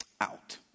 out